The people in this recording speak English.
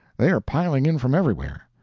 they are piling in from everywhere,